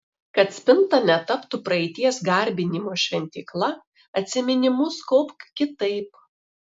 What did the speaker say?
kad spinta netaptų praeities garbinimo šventykla atsiminimus kaupk kitaip